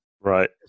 Right